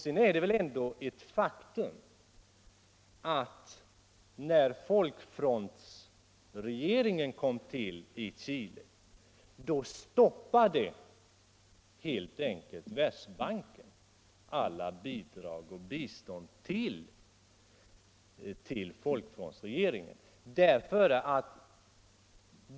Det är vidare ett faktum att Världsbanken helt enkelt stoppade allt bistånd till Chile då folkfrontregeringen kom till.